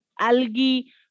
algae